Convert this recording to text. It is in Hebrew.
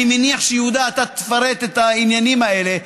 ואני מניח, יהודה, שאתה תפרט את העניינים האלה.